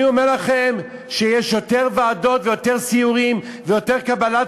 אני אומר לכם שיש יותר ועדות ויותר סיורים ויותר קבלת